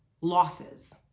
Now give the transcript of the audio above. losses